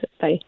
Bye